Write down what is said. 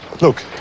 look